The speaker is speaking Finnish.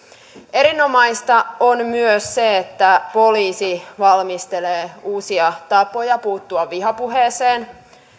erinomaista on myös se että poliisi valmistelee uusia tapoja puuttua vihapuheeseen